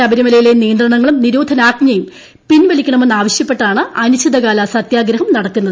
ശബരിമലയിട്ട്ല നിയന്ത്രണങ്ങളും നിരോധനാജ്ഞയും പിൻവലിക്കണ്ടമെന്നാവശ്യപ്പെട്ടാണ് അനിശ്ചിതകാല സത്യഗ്രഹം നട്ടക്കുന്നത്